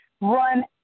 run